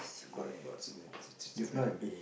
ya it's a it's it's a very